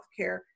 healthcare